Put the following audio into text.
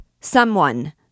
Someone